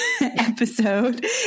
episode